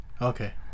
Okay